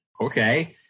Okay